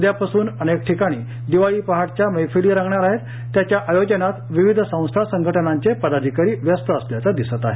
उद्यापासून अनेक ठिकाणी दिवाळी पहाटच्या मैफिली रंगणार आहेत त्याच्या आयोजनात विविध संस्था संघटनांचे पदाधिकारी व्यस्त असल्याचे दिसत आहे